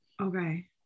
okay